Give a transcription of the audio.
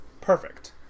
Perfect